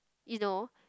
you know